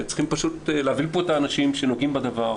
צריך להביא לפה את האנשים שנוגעים בדבר,